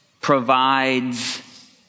provides